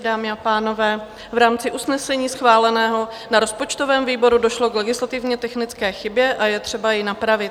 Dámy a pánové, v rámci usnesení schváleného na rozpočtovém výboru došlo k legislativně technické chybě a je třeba ji napravit.